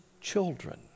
children